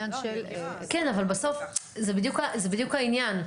כן, אבל זה בדיוק העניין.